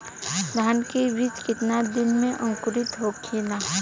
धान के बिज कितना दिन में अंकुरित होखेला?